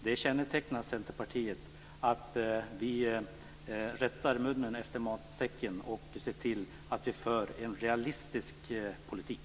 Det kännetecknar Centerpartiet att vi rättar munnen efter matsäcken och ser till att vi för en realistisk politik.